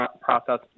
process